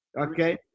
okay